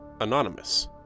anonymous